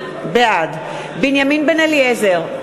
בעד בנימין בן-אליעזר,